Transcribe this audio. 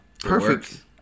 perfect